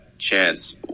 chance